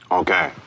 okay